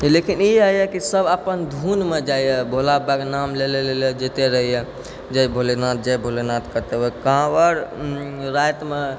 लेकिन ई रहैए कि सब अपन धुनमे जाइए भोला बाबा के नाम लए लए लए लए जाइते रहैए जय भोलेनाथ जय भोलेनाथ कहैत कांवर रातिमे